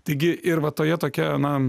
taigi ir va toje tokia na